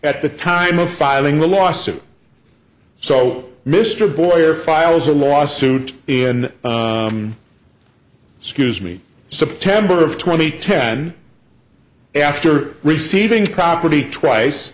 at the time of filing the lawsuit so mr boyer files a lawsuit in scuse me september of twenty ten after receiving property twice